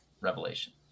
Revelation